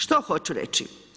Što hoću reći?